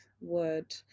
word